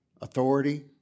authority